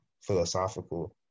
philosophical